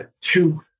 two